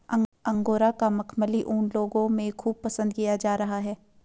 angora का मखमली ऊन लोगों में खूब पसंद किया जा रहा है